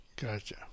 Gotcha